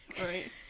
Right